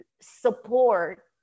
support